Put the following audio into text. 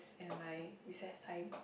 and my recess time